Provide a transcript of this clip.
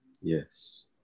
Yes